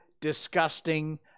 disgusting